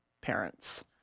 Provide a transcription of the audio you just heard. parents